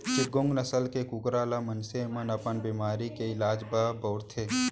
चिटगोंग नसल के कुकरा ल मनसे मन अपन बेमारी के इलाज बर बउरथे